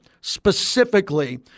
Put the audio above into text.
specifically